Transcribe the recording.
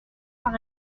par